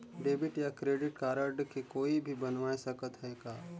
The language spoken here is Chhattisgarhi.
डेबिट या क्रेडिट कारड के कोई भी बनवाय सकत है का?